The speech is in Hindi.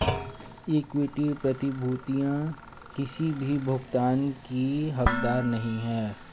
इक्विटी प्रतिभूतियां किसी भी भुगतान की हकदार नहीं हैं